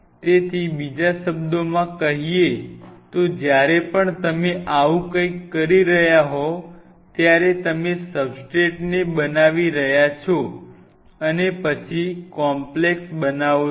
તેથી બીજા શબ્દોમાં કહીએ તો જ્યારે પણ તમે આવું કંઇક કરી રહ્યા હોવ ત્યારે તમે સબસ્ટ્રેટને બનાવી રહ્યા છો અને પછી કોમ્પલેક્સ બનાવો છો